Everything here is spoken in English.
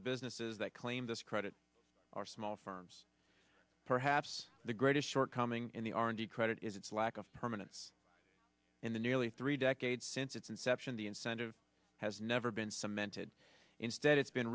the businesses that claim this credit are small firms perhaps the greatest shortcoming in the r and d credit is its lack of permanence in the nearly three decades since its inception the incentive has never been cemented instead it's been